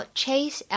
chase